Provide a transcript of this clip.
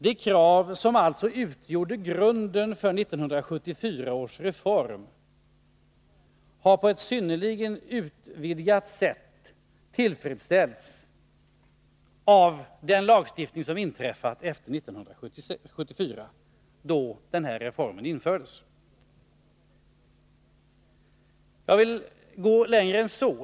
De krav som alltså utgjorde grunden för 1974 års reform har på ett synnerligen utvidgat sätt tillfredsställts i de lagar som stiftats efter 1974, då den här reformen infördes. Jag vill gå längre än så.